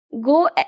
go